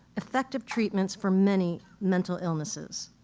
effective treatments for many mental illnesses.